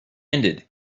ended